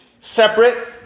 separate